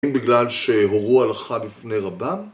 בגלל שהורו הלכה בפני רבם?